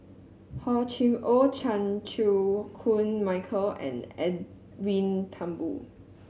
Hor Chim Or Chan Chew Koon Michael and Edwin Thumboo